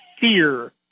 fear